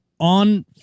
On